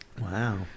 Wow